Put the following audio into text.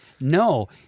no